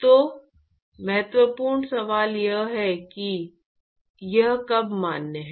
तो महत्वपूर्ण सवाल यह है कि यह कब मान्य है